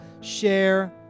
share